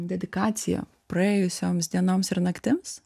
dedikacija praėjusioms dienoms ir naktims